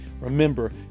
Remember